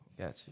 Gotcha